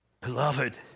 Beloved